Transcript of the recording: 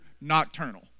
Nocturnal